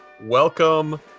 Welcome